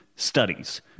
studies